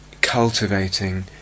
cultivating